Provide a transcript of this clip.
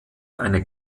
eine